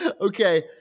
Okay